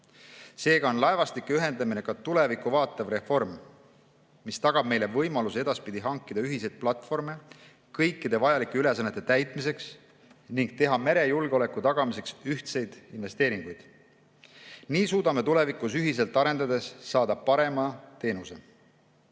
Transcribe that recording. Seega on laevastike ühendamine ka tulevikku vaatav reform, mis tagab meile võimaluse edaspidi hankida ühiseid platvorme kõikide vajalike ülesannete täitmiseks ning teha merejulgeoleku tagamiseks ühiseid investeeringuid. Nii suudame tulevikus ühiselt arendades saada parema teenuse.